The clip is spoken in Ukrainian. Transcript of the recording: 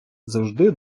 завжди